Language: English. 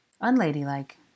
Unladylike